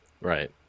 Right